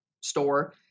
store